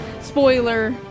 spoiler